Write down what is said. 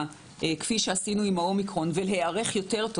כפי שעשינו עם האומיקרון ולהיערך יותר טוב.